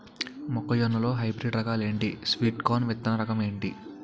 మొక్క జొన్న లో హైబ్రిడ్ రకాలు ఎంటి? స్వీట్ కార్న్ విత్తన రకం ఏంటి?